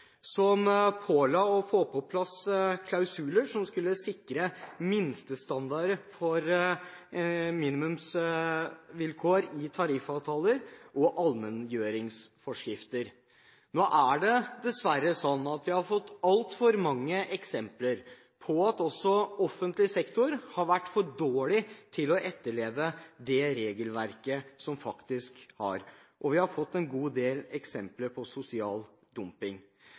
å få på plass klausuler som skulle sikre minimumsvilkår i tariffavtaler og allmenngjøringsforskrifter. Dessverre har vi sett altfor mange eksempler på at også offentlig sektor har vært for dårlig til å etterleve det regelverket man faktisk har, og vi har fått en god del tilfeller av sosial dumping.